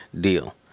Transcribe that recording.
deal